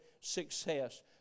success